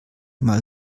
mal